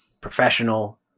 professional